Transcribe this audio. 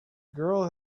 girl